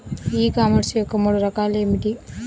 ఈ కామర్స్ యొక్క మూడు రకాలు ఏమిటి?